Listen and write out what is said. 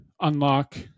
unlock